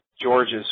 George's